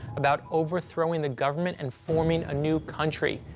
about overthrowing the government and forming a new country.